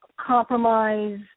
compromise